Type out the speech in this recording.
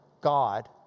God